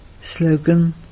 Slogan